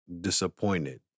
disappointed